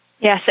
Yes